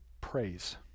praise